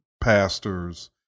pastors